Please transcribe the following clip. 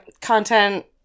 content